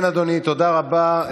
כן, אדוני, תודה רבה.